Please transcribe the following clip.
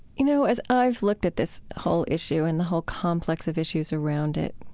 you know, as i've looked at this whole issue and the whole complex of issues around it,